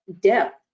depth